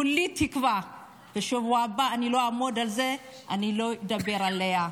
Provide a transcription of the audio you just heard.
כולי תקווה שבשבוע הבא אני לא אעמוד כאן ואדבר עליה,